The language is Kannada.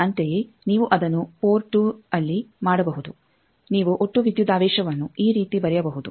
ಅಂತೆಯೇ ನೀವು ಅದನ್ನು ಪೋರ್ಟ್ 2ರಲ್ಲಿ ಮಾಡಬಹುದು ನೀವು ಒಟ್ಟು ವಿದ್ಯುದಾವೇಶವನ್ನು ಈ ರೀತಿ ಬರೆಯಬಹುದು